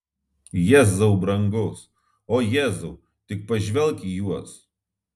jėzau brangus o jėzau tik pažvelk į juos